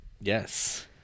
Yes